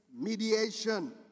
mediation